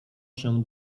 się